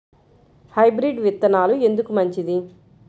Hybrid విత్తనాలు ఎందుకు మంచిది?